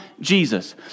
Jesus